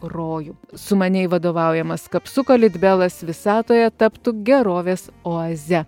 rojų sumaniai vadovaujamas kapsuko litbelas visatoje taptų gerovės oaze